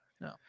No